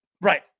Right